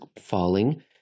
falling